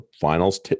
finals